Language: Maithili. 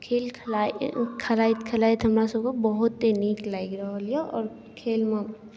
खेल खेलाइत खेलाइत खेलाइत हमरासभकेँ बहुते नीक लागि रहल यए आओर खेलमे